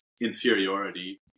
inferiority